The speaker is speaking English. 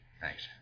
Thanks